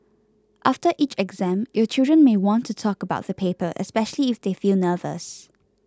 after each exam your children may want to talk about the paper especially if they feel anxious